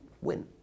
win